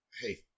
hey